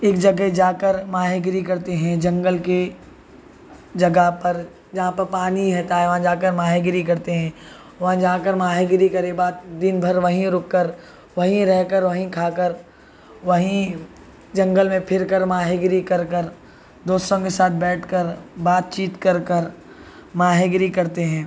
ایک جگہ جا کر ماہی گیری کرتے ہیں جنگل کے جگہ پر جہاں پہ پانی رہتا ہے وہاں جا کر ماہی گیری کرتے ہیں وہاں جا کر ماہی گیری کرتے بعد دن بھر وہیں رک کر وہیں رہ کر وہیں کھا کر وہیں جنگل میں پھر کر ماہی گیری کر کر دوستوں کے ساتھ بیٹھ کر بات چیت کر کر ماہی گیری کرتے ہیں